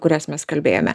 kurias mes kalbėjome